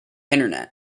internet